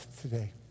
today